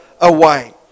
away